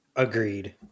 Agreed